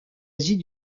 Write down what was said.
asie